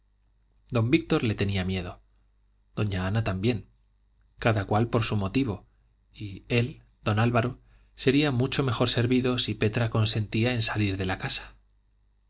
don víctor le tenía miedo doña ana también cada cual por su motivo y él don álvaro sería mucho mejor servido si petra consentía en salir de la casa